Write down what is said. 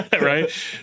Right